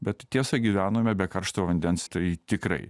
bet tiesa gyvenome be karšto vandens tai tikrai